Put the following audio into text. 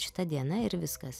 šita diena ir viskas